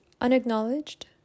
unacknowledged